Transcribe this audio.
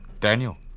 Daniel